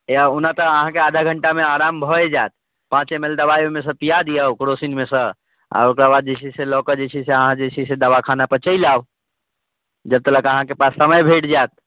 ओना तऽ अहाँके आधा घण्टामे आराम भए जायत पाँच एम एल दबाइ ओइमे सँ पिआ दियौ क्रोसिनमे सँ आओर ओकर बाद जे छै से लऽ के अहाँ जे छै से दबाखानापर चलि जाउ जब तलक अहाँके पास समय भेट जायत